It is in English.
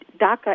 DACA